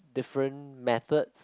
different methods